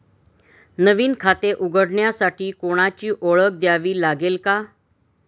नवीन खाते उघडण्यासाठी कोणाची ओळख द्यावी लागेल का?